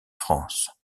france